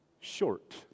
short